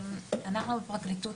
אנחנו בפרקליטות,